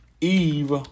Eve